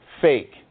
fake